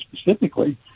specifically